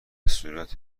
صورت